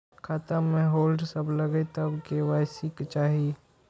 खाता में होल्ड सब लगे तब के.वाई.सी चाहि?